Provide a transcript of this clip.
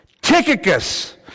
Tychicus